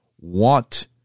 want